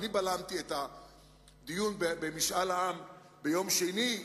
אני בלמתי את הדיון במשאל עם ביום שני,